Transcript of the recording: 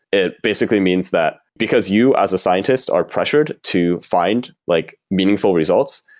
it basically means that because you as a scientist are pressured to find like meaningful results,